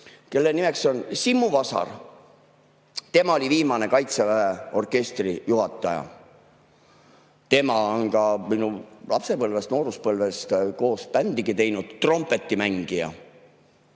kelle nimi on Simmu Vasar. Tema oli viimane Kaitseväe orkestri juhataja. Tema on minu lapsepõlvest‑nooruspõlvest, oleme koos bändigi teinud, trompetimängija.